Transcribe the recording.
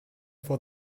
for